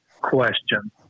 question